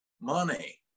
money